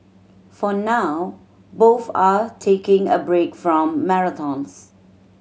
for now both are taking a break from marathons